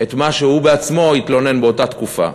את מה שהוא בעצמו התלונן עליו באותה תקופה.